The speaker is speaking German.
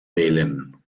wählen